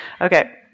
Okay